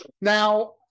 Now